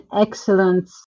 excellent